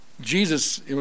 Jesus